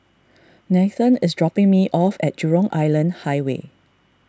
Nathen is dropping me off at Jurong Island Highway